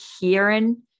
hearing